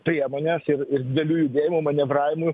priemonės ir didelių judėjimų manevravimų